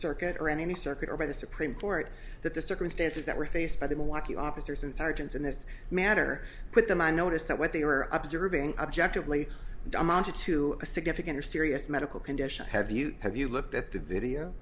circuit or any circuit or by the supreme court that the circumstances that were faced by the joaquim officers and sergeants in this matter put them on notice that what they were observing objectively amounted to a significant or serious medical condition have you have you looked at the video